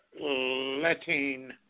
letting